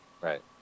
Right